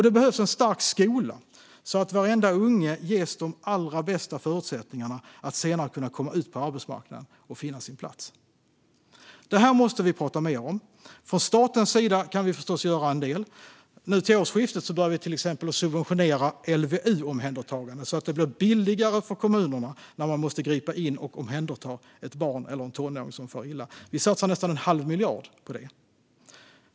Det behövs också en stark skola så att varenda unge ges de allra bästa förutsättningarna att senare komma ut på arbetsmarknaden och finna sin plats. Detta måste vi prata mer om. Från statens sida kan vi förstås göra en del. Nu till årsskiftet börjar vi till exempel subventionera LVU-omhändertaganden så att det blir billigare för kommunerna när de måste gripa in och omhänderta ett barn eller en tonåring som far illa. Vi satsar nästan en halv miljard på det.